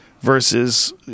versus